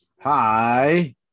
Hi